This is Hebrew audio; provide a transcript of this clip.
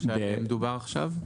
שמדובר עכשיו?